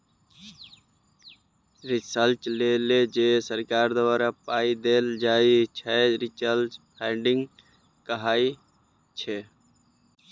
research लेल जे सरकार द्वारा पाइ देल जाइ छै रिसर्च फंडिंग कहाइ छै